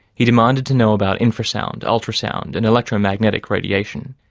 he demanded to know about infrasound, ultrasound, and electromagnetic radiation.